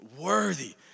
worthy